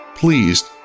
Pleased